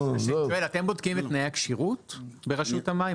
נו --- אתם בודקים את תנאי הכשירות ברשות המים?